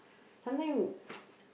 sometimes